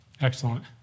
Excellent